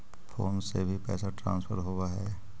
Phone से भी पैसा ट्रांसफर होवहै?